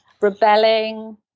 rebelling